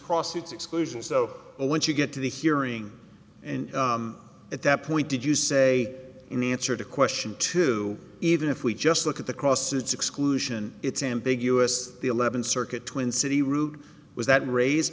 process exclusion so when you get to the hearing and at that point did you say in answer to question two even if we just look at the cross it's exclusion it's ambiguous the eleventh circuit twin city route was that raise